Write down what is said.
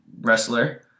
wrestler